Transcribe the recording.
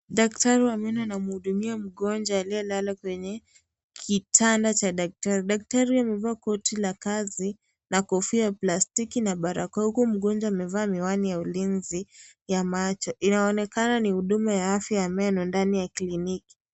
Daktari wa meno anamhudumia mgonjwa aliyelala kwenye kitanda cha daktari. Daktari amevaa koti la kazi na kofia ya plastiki na barakoa huku mgonjwa amevaa miwani ya ulinzi ya macho. Inaonekana ni huduma ya afya ya meno ndani ya kliniki.